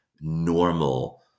normal